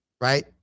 right